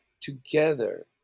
together